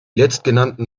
letztgenannten